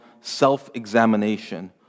self-examination